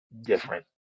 different